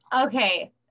Okay